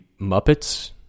Muppets